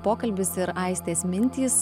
pokalbis ir aistės mintys